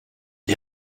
les